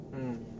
mm